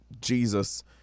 Jesus